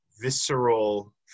visceral